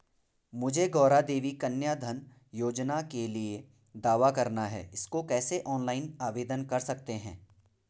मुझे गौरा देवी कन्या धन योजना के लिए दावा करना है इसको कैसे ऑनलाइन आवेदन कर सकते हैं?